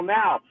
now